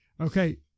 Okay